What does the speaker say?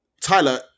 Tyler